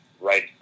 right